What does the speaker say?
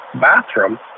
bathroom